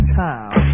time